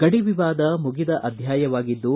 ಗಡಿ ವಿವಾದ ಮುಗಿದ ಅಧ್ಯಾಯವಾಗಿದ್ದು